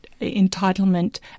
entitlement